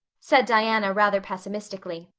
said diana rather pessimistically,